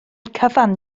cyfan